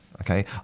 Okay